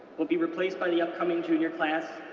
we'll be replaced by the upcoming junior class,